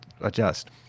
adjust